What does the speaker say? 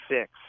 six